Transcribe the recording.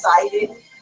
excited